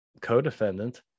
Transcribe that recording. co-defendant